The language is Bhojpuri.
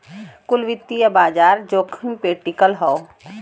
कुल वित्तीय बाजार जोखिम पे टिकल हौ